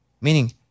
meaning